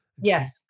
yes